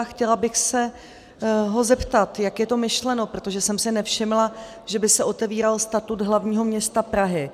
Chtěla bych se ho zeptat, jak je to myšleno, protože jsem si nevšimla, že by se otevíral statut hl. města Prahy.